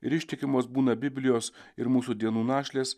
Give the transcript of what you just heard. ir ištikimos būna biblijos ir mūsų dienų našlės